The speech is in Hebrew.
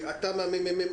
אתה מהממ"מ,